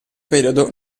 periodo